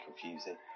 confusing